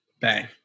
Bang